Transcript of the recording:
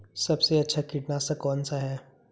सबसे अच्छा कीटनाशक कौनसा है?